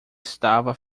estava